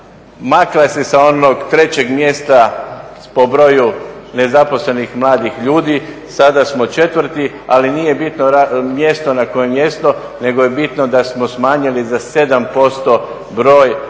makla se sa onog 3. mjesta po broju nezaposlenih mladih ljudi, sada smo 4., ali nije bitno mjesto na kojem jesmo, nego je bitno da smo smanjili za 7% broj mladih